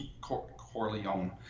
Corleone